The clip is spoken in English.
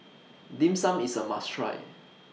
Dim Sum IS A must Try